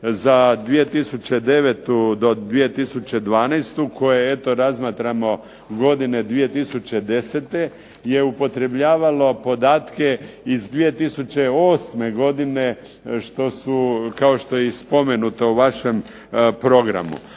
za 2009. do 2012. koje eto razmatramo godine 2010. je upotrebljavalo podatke iz 2008. godine što su, kao što je i spomenuto u vašem programu.